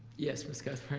yes, ms. cuthbert?